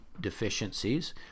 deficiencies